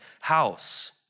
house